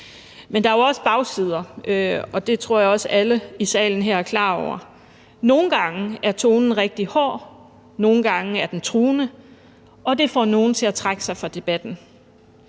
Men der er jo også en bagside, og det tror jeg også alle i salen her er klar over. Nogle gange er tonen rigtig hård, og nogle gange er den truende, og det får nogle til at trække sig fra debatten.